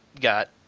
got